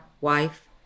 wife